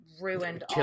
ruined